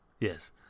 yes